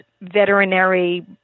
veterinary